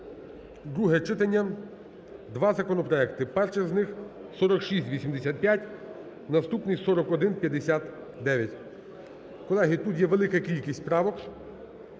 друге читання, два законопроекти. Перший з них – 4685, наступний – 4159. Колеги, тут є велика кількість правок,